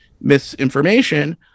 misinformation